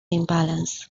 imbalance